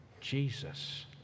Jesus